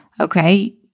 Okay